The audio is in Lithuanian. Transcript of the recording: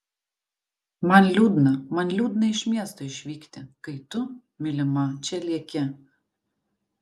man liūdna man liūdna iš miesto išvykti kai tu mylima čia lieki